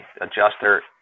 adjuster